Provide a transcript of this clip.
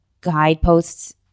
guideposts